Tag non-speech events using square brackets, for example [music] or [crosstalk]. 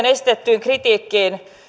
[unintelligible] esitettyyn kritiikkiin